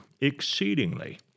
exceedingly